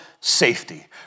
safety